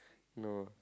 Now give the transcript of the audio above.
no